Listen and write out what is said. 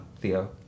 Theo